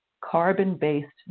carbon-based